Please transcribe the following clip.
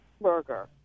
burger